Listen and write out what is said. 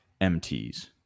mts